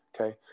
okay